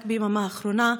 רק ביממה האחרונה,